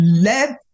let